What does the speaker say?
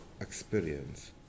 experience